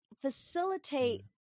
facilitate